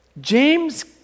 James